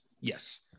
Yes